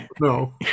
no